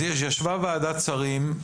ישב ועדת שרים,